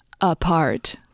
apart